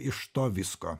iš to visko